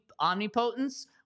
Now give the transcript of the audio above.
omnipotence